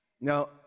Now